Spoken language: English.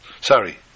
Sorry